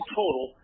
total